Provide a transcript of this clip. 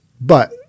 but-